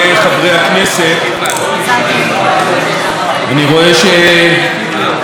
אני רואה שהמליאה רוחשת,